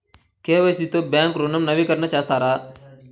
KYC తో bank ఋణం నవీకరణ చేస్తారా?